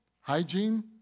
hygiene